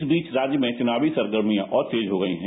इस बीच राज्य में चुनावी सरगर्मियां और तेज हो गई हैं